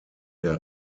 der